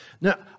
Now